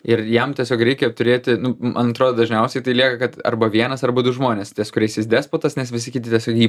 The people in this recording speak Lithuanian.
ir jam tiesiog reikia turėti nu man atrodo dažniausiai tai lieka kad arba vienas arba du žmonės ties kuriais jis despotas nes visi kiti tiesiog jį